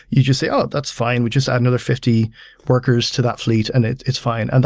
you just say, oh, that's fine. we'll just add another fifty workers to that fleet, and it's it's fine. and